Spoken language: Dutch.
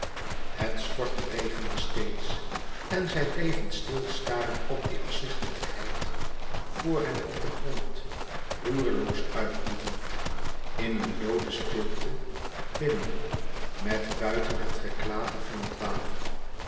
het stortregende steeds en zij bleven stil staren op die afzichtelijkheid vor hen op den grond roerloos uitbloedend in een looden stilte binnen met buiten het geklater van het water